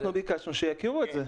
אנחנו ביקשנו שיכירו את זה.